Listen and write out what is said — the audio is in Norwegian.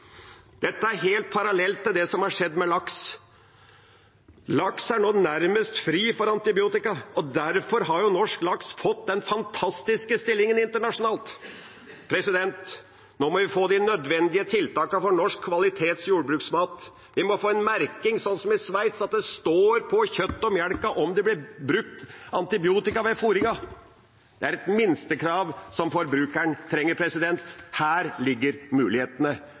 Dette er helt parallelt til det som har skjedd med laks. Laks er nå nærmest fri for antibiotika, og derfor har norsk laks fått den fantastiske stillingen internasjonalt. Nå må vi få de nødvendige tiltakene for norsk kvalitetsjordbruksmat. Vi må få en merking som den i Sveits, at det står på kjøttet og mjølka om det blir brukt antibiotika ved fôringen. Det er et minstekrav som forbrukeren trenger. Her ligger mulighetene,